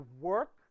work